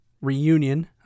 reunion